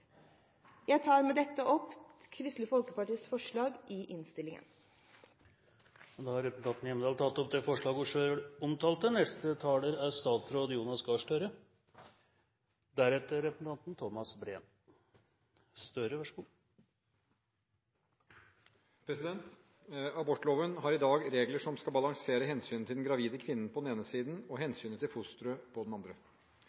Jeg tar med dette opp Kristelig Folkepartis forslag i innstillingen. Da har representanten Hjemdal tatt opp de forslagene hun omtalte. Abortloven har i dag regler som skal balansere hensynet til den gravide kvinnen på den ene siden og